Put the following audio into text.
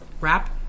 wrap